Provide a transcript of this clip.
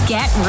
Get